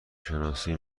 شناسی